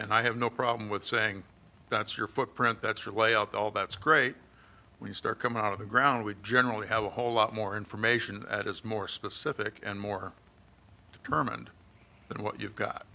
and i have no problem with saying that's your footprint that's your layout all that's great when you start coming out of the ground we generally have a whole lot more information that is more specific and more determined than what you've got